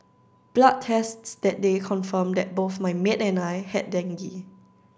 blood tests that day confirmed that both my maid and I had dengue